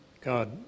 God